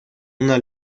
una